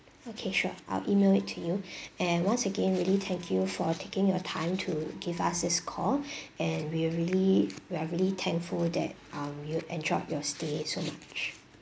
okay sure I'll email it to you and once again really thank you for taking your time to give us this call and we really we're really thankful that um you enjoyed your stay so much